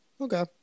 okay